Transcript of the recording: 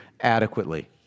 adequately